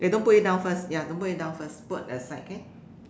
eh don't put it down first ya don't put it down first put at the side okay